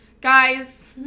Guys